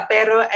Pero